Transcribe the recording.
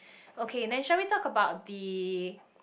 okay then shall we talk about the